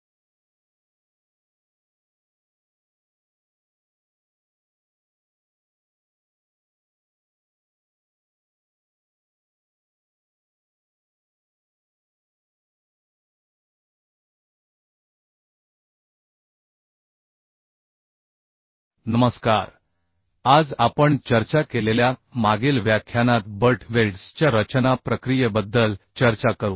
नमस्कार आज आपण चर्चा केलेल्या मागील व्याख्यानात बट वेल्ड्सच्या रचना प्रक्रियेबद्दल चर्चा करू